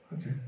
Okay